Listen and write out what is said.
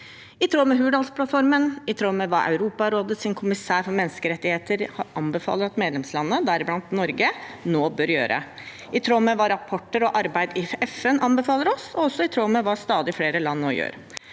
i tråd med Hurdalsplattformen, i tråd med hva Europarådets kommissær for menneskerettigheter anbefaler at medlemslandene, deriblant Norge, nå bør gjøre, i tråd med hva rapporter og arbeid i FN anbefaler oss, og i tråd med hva stadig flere land nå gjør.